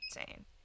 insane